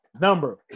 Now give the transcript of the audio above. number